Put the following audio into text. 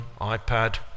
iPad